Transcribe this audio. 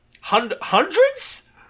Hundreds